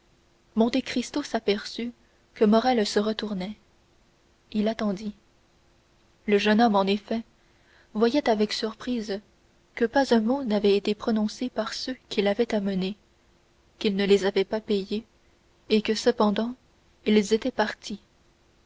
froid monte cristo s'aperçut que morrel se retournait il attendit le jeune homme en effet voyait avec surprise que pas un mot n'avait été prononcé par ceux qui l'avaient amené qu'il ne les avait pas payés et que cependant ils étaient partis